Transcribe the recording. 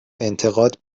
انتقاد